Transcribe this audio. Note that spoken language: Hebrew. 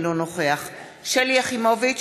אינו נוכח שלי יחימוביץ,